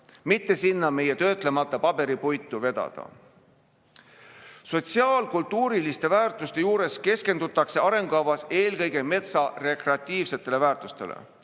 mitte sinna meie töötlemata paberipuitu vedada. Sotsiaal-kultuuriliste väärtuste juures keskendutakse arengukavas eelkõige metsa rekreatiivsetele väärtustele.